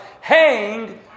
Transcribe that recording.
hang